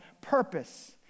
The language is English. purpose